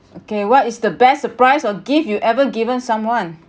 okay what is the best surprise or gift you've ever given someone